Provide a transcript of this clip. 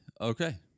okay